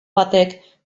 batek